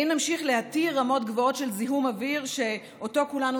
האם נמשיך להתיר רמות גבוהות של זיהום אוויר שאותו כולנו